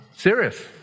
serious